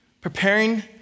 preparing